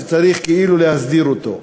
שצריך כאילו להסדיר אותו?